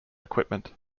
equipment